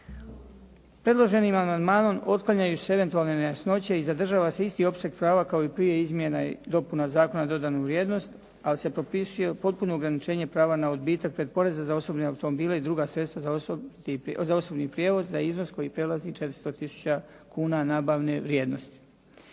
Predloženim amandmanom otklanjaju se eventualne nejasnoće i zadržava se isti opseg prava kao i prije izmjena i dopuna Zakona na dodanu vrijednost, ali se propisuje potpuno ograničenje prava na odbitak pretporeza na osobne automobile i druga sredstva za osobni prijevoz za iznos koji prelazi 400 tisuća kuna nabavne vrijednosti.